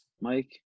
mike